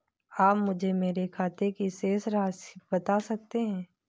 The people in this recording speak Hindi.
आप मुझे मेरे खाते की शेष राशि बता सकते हैं?